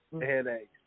headaches